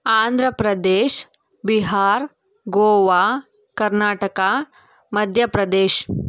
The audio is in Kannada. ಆಂಧ್ರಪ್ರದೇಶ್ ಬಿಹಾರ್ ಗೋವಾ ಕರ್ನಾಟಕ ಮಧ್ಯಪ್ರದೇಶ್